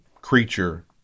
creature